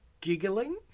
giggling